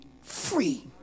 free